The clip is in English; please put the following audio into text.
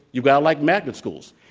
you've got to like magnet schools.